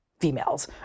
females